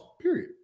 Period